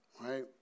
right